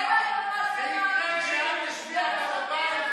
זה יקרה רק כשתלכו הביתה.